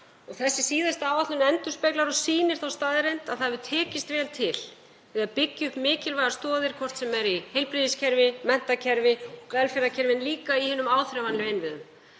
Þessi síðasta áætlun endurspeglar og sýnir þá staðreynd að vel hefur tekist til við að byggja upp mikilvægar stoðir, hvort sem er í heilbrigðiskerfi, menntakerfi, velferðarkerfi eða í hinum áþreifanlegu innviðum.